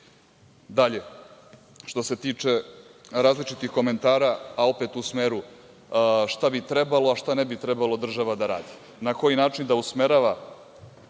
je. Dalje, što se tiče različitih komentara, a opet u smeru šta bi trebalo, a šta ne bi trebalo država da radi, na koji način da usmerava